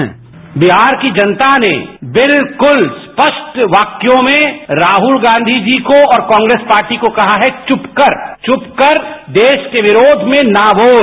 sound bite Bihar की जनता ने बिल्कुल स्पष्ट वाक्यों में राहुल गांधी जी को और कांग्रेस पार्टी को कहा है च्रपकर च्रपकर देश के विरोध में ना बोल